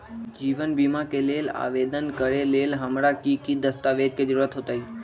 जीवन बीमा के लेल आवेदन करे लेल हमरा की की दस्तावेज के जरूरत होतई?